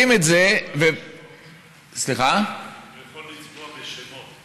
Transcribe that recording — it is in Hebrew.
אתה יכול לצבוע בשמות.